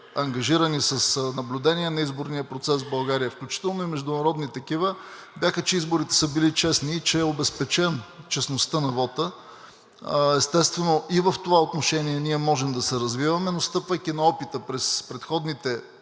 ангажирани с наблюдение на изборния процес в България, включително и международни такива, бяха, че изборите са били честни и че е обезпечена честността на вота. Естествено, и в това отношение ние можем да се развиваме, но стъпвайки на опита през предходните,